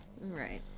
Right